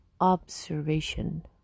observation